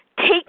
take